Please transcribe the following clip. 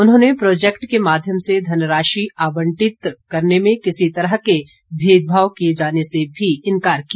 उन्होंने प्रोजैक्ट के माध्यम से धनराशि आबंटन में किसी तरह के भेदभाव किए जाने से भी इनकार किया